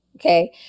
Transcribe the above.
Okay